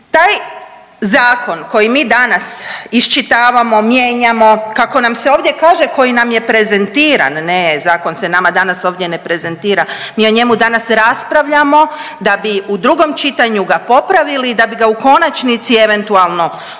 Taj zakon koji mi danas iščitavamo, mijenjamo kako nam se ovdje kaže, koji nam je prezentiran, ne zakon se nama danas ovdje ne prezentira, mi o njemu danas raspravljamo da bi u drugom čitanju ga popravili i da bi u konačnici ga eventualno usvojili.